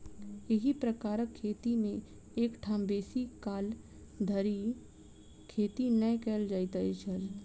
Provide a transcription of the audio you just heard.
एही प्रकारक खेती मे एक ठाम बेसी काल धरि खेती नै कयल जाइत छल